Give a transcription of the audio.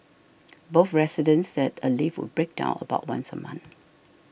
both residents said a lift would break down about once a month